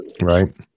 right